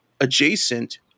adjacent